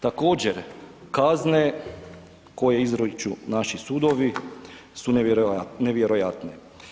Također, kazne koje izriču naši sudovi su nevjerojatne.